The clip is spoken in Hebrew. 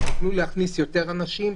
יוכלו להכניס יותר אנשים,